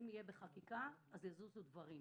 אם יהיה בחקיקה, יזוזו דברים.